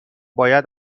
باید